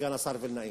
סגן השר וילנאי.